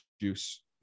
juice